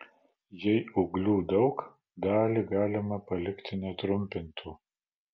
jei ūglių daug dalį galima palikti netrumpintų